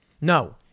no